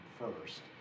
first